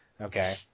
Okay